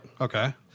Okay